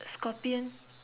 scorpion